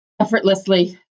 effortlessly